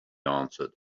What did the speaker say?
answered